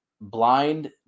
Blind